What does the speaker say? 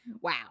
wow